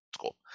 cool